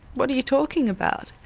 what are you talking about'.